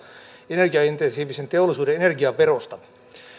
energiaintensiivisen teollisuuden energiaverosta